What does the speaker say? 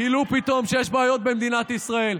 גילו פתאום שיש בעיות במדינת ישראל.